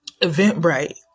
Eventbrite